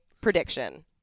prediction